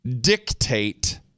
dictate